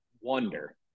wonder